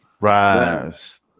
Rise